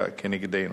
כנגדנו.